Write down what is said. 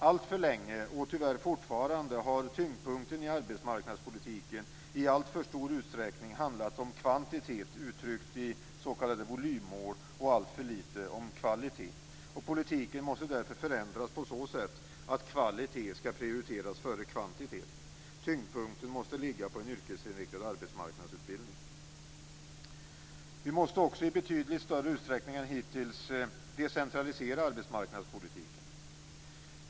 Alltför länge och tyvärr fortfarande har tyngdpunkten i arbetsmarknadspolitiken i alltför stor utsträckning handlat om kvantitet uttryckt i s.k. volymmål och alltför litet om kvalitet. Politiken måste därför förändras på så sätt att kvalitet skall prioriteras före kvantitet. Tyngdpunkten måste ligga på yrkesinriktad arbetsmarknadsutbildning. Vi måste också i betydligt större utsträckning än hittills decentralisera arbetsmarknadspolitiken.